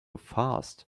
fast